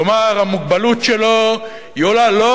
כלומר, המוגבלות שלו עולה לא